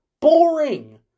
boring